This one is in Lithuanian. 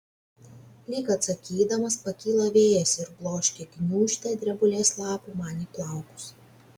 lyg atsakydamas pakyla vėjas ir bloškia gniūžtę drebulės lapų man į plaukus